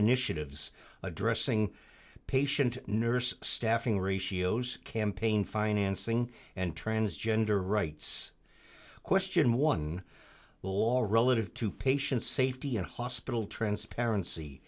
initiatives addressing patient nurse staffing ratios campaign financing and transgender rights question one wall relative to patient safety and hospital transparency